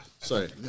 Sorry